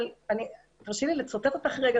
אבל תרשי לי לצטט אותך רגע,